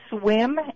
swim